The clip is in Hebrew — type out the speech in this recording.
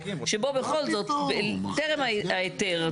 שבו בכל זאת טרם ההיתר,